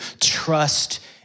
trust